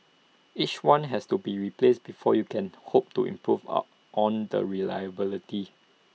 each one has to be replaced before you can hope to improve on the reliability